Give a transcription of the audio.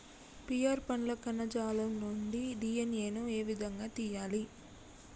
Pear పండ్ల కణజాలం నుండి డి.ఎన్.ఎ ను ఏ విధంగా తియ్యాలి?